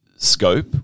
Scope